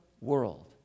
world